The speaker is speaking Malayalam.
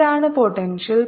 എന്താണ് പോട്ടെൻഷ്യൽ